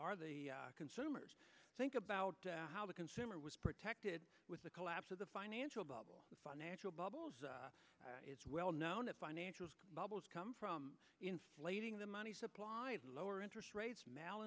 are the consumers think about how the consumer was protected with the collapse of the financial bubble the financial bubble is well known that financial bubbles come from inflating the money supply at lower interest rates